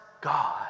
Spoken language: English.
God